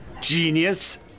Genius